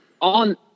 on